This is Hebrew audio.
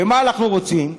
מה אנחנו רוצים?